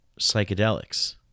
psychedelics